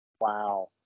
Wow